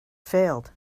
failed